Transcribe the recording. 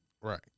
Right